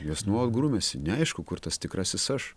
jos nuolat grumiasi neaišku kur tas tikrasis aš